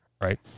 Right